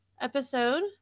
episode